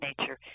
nature